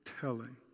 telling